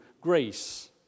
grace